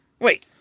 Wait